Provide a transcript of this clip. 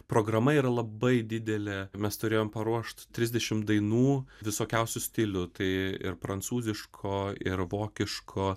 programa yra labai didelė mes turėjom paruošt trisdešimt dainų visokiausių stilių tai ir prancūziško ir vokiško